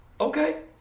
Okay